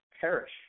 perish